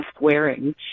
wearing